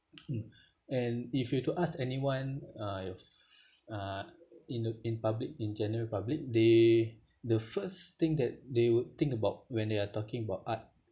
and if you were to ask anyone uh f~ uh in the in public in general public they the first thing that they would think about when they are talking about art